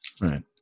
Right